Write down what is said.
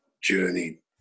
journey